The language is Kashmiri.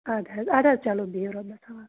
اَدٕ حظ اَدٕ حظ چَلو بِہِو رۄبَس حوال